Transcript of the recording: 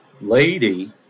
lady